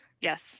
Yes